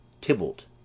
Tybalt